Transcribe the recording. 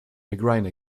migraine